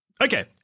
Okay